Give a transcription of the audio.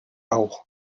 auch